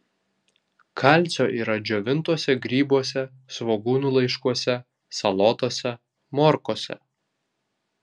kalcio yra džiovintuose grybuose svogūnų laiškuose salotose morkose